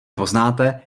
poznáte